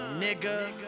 nigga